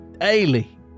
daily